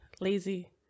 lazy